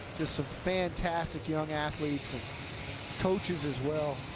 some fantastic young athletes, and coaches as well.